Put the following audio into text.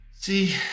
see